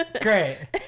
Great